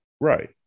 Right